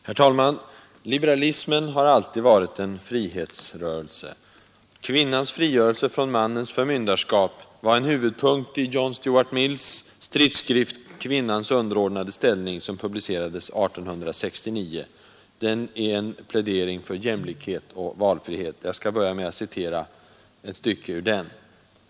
Herr talman! Liberalismen har alltid varit en frihetsrörelse. Kvinnans frigörelse från mannens förmynderskap var en huvudpunkt i John Stuart Mills stridsskrift Kvinnans underordnade ställning, som publicerades 1869. Den är en plädering för jämlikhet och valfrihet. Jag skall börja med att citera ett stycke ur den.